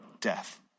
death